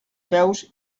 peus